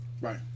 Right